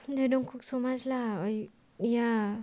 then don't cook so much lah ya